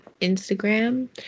Instagram